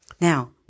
Now